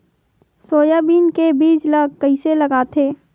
Soybean के बीज ल कइसे लगाथे?